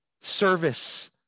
Service